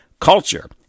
culture